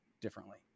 differently